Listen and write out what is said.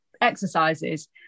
exercises